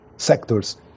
sectors